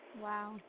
Wow